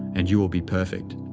and you will be perfect.